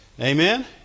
Amen